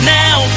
now